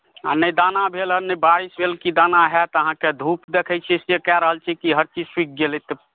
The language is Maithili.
आ नहि दाना भेल हन आ नहि बारिश भेल कि दाना हैत अहाँकेँ धूप देखैत छियै से कए रहल छियै कि हर चीज सुखि गेलै तऽ